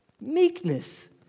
Meekness